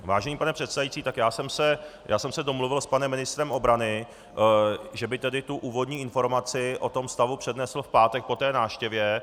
Vážený pane předsedající, tak já jsem se domluvil s panem ministrem obrany, že by tedy úvodní informaci o tom stavu přednesl v pátek po té návštěvě.